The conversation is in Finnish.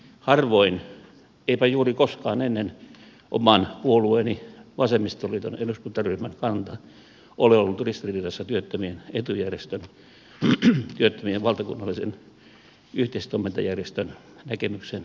harvoin eipä juuri koskaan ennen oman puolueeni vasemmistoliiton eduskuntaryhmän kanta on ollut ristiriidassa työttömien etujärjestön työttömien valtakunnallisen yhteistoimintajärjestön näkemyksen kanssa